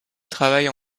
travaillent